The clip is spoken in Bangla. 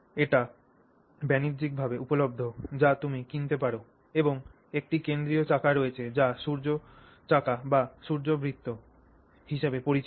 এটি বাণিজ্যিকভাবে উপলব্ধ যা তুমি কিনতে পার এবং একটি কেন্দ্রীয় চাকা রয়েছে যা সূর্য চাকা বা সূর্য বৃত্ত হিসাবে পরিচিত